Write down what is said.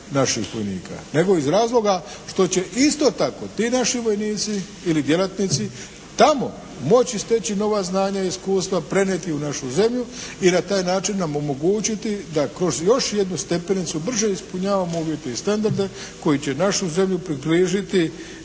naših vojnika, nego iz razloga što će isto tako ti naši vojnici ili djelatnici tamo moći steći nova znanja i iskustva, prenijeti u našu zemlju i na taj način nam omogućiti da kroz još jednu stepenicu brže ispunjavamo uvjete i standarde koji će našu zemlju približiti